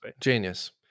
Genius